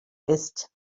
ist